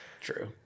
True